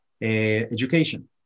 education